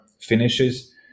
finishes